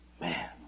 Man